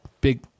big